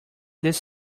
this